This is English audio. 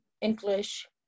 English